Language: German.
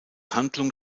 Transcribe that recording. handlung